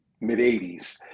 mid-80s